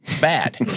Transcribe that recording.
Bad